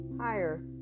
higher